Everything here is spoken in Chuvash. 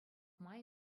май